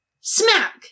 smack